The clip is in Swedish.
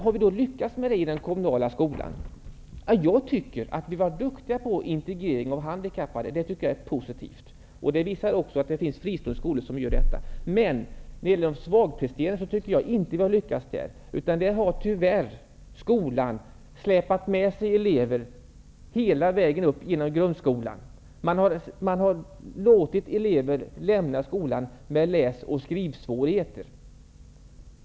Har vi lyckats med det i den kommunala skolan? Jag tycker att vi har varit duktiga på integrering av handikappade elever. Det tycker jag är positivt. Det finns även fristående skolor som gör detta. Men när det gäller de svagpresterande tycker jag inte att vi har lyckats. Där har tyvärr skolan släpat med sig elever hela vägen upp genom grundskolan. Man har låtit elever lämna skolan med läs och skrivsvårigheter.